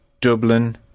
Dublin